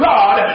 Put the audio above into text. God